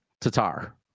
Tatar